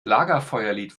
lagerfeuerlied